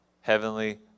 Heavenly